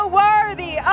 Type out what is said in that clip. worthy